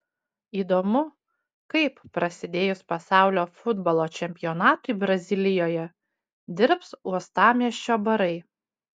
įdomu kaip prasidėjus pasaulio futbolo čempionatui brazilijoje dirbs uostamiesčio barai